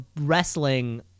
wrestling